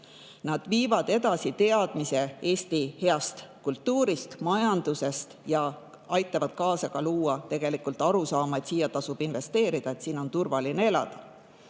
Nad viivad sinna teadmise Eesti heast kultuurist ja meie majandusest ja aitavad kaasa, et luua arusaama, et siia tasub investeerida, et siin on turvaline elada.